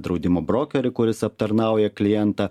draudimo brokerį kuris aptarnauja klientą